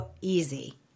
easy